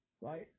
Right